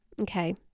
okay